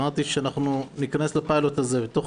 אמרתי שאנחנו ניכנס לפיילוט הזה בתוך